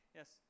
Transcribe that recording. yes